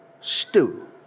stew